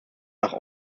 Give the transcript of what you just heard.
nach